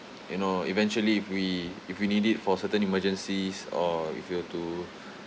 you know eventually if we if we need it for certain emergencies or if we're to